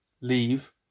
Leave